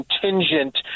contingent